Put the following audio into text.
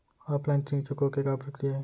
Offline ऋण चुकोय के का प्रक्रिया हे?